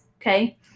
Okay